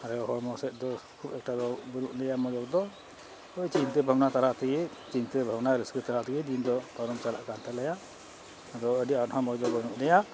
ᱟᱨ ᱦᱚᱲᱢᱚ ᱥᱮᱡ ᱫᱚ ᱠᱷᱩᱵ ᱮᱠᱴᱟ ᱫᱚ ᱵᱟᱹᱱᱩᱜ ᱞᱮᱭᱟ ᱢᱚᱡᱽ ᱫᱚ ᱳᱭ ᱪᱤᱱᱛᱟᱹ ᱵᱷᱟᱵᱽᱱᱟ ᱛᱟᱞᱟ ᱛᱮᱜᱮ ᱪᱤᱱᱛᱟᱹ ᱵᱷᱟᱵᱽᱱᱟ ᱨᱟᱹᱥᱠᱟᱹ ᱛᱟᱞᱟ ᱛᱮᱜᱮ ᱫᱤᱱ ᱫᱚ ᱯᱟᱨᱚᱢ ᱪᱟᱞᱟᱜ ᱠᱟᱱ ᱛᱟᱞᱮᱭᱟ ᱟᱫᱚ ᱟᱹᱰᱤ ᱟᱸᱴ ᱦᱚᱸ ᱢᱚᱡᱽ ᱵᱟᱹᱱᱩᱜ ᱞᱮᱭᱟ